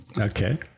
Okay